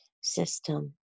system